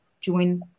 join